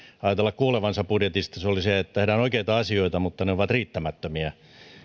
ajatella kuulevansa budjetista se oli se että tehdään oikeita asioita mutta ne ovat riittämättömiä